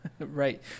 Right